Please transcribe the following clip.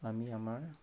আমি আমাৰ